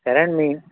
సరేఅండి మీ